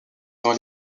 dans